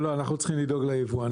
לא, לא, אנחנו צריכים לדאוג ליבואנים.